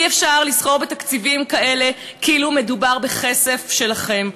אי-אפשר לסחור בתקציבים כאלה כאילו מדובר בכסף שלכם.